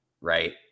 Right